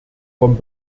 vom